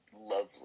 lovely